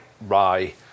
rye